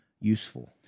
useful